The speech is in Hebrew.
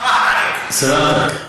חבל על, סלאמתכ.